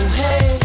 hey